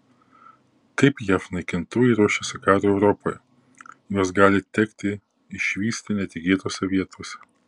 kaip jav naikintuvai ruošiasi karui europoje juos gali tekti išvysti netikėtose vietose